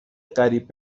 قریب